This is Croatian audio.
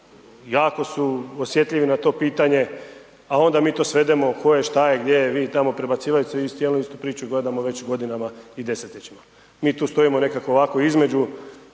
jako su osjetljivi na to pitanje, a onda mi to svedemo tko je, šta je, gdje je, vi tamo prebacivajući se, cijelu istu priču gledamo već godinama i desetljećima. Mi tu stojimo nekako ovako između,